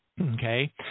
Okay